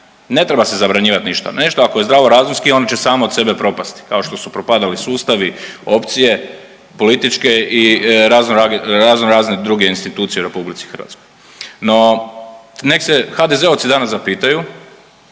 Ne treba se zabranjivati ništa. Nešto ako je zdravo razumski oni će sami od sebe propasti kao što su propadali sustavi, opcije političke i razno razne druge institucije u RH. No, nek' se HDZ-ovci danas zapitaju